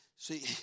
See